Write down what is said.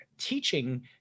teaching